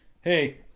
Hey